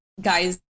guys